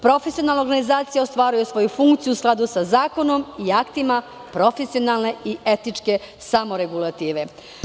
Profesionalna organizacije ostvaruje svoju funkciju u skladu sa zakonom i aktima profesionalne i etičke samoregulative"